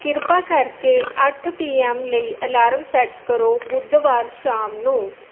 ਕਿਰਪਾ ਕਰਕੇ ਅੱਠ ਪੀ ਐੱਮ ਲਈ ਅਲਾਰਮ ਸੈੱਟ ਕਰੋ ਬੁੱਧਵਾਰ ਸ਼ਾਮ ਨੂੰ